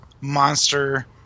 monster